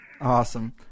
Awesome